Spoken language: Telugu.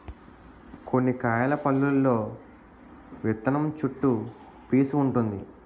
కొన్ని కాయల పల్లులో విత్తనం చుట్టూ పీసూ వుంటుంది